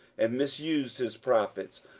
and misused his prophets,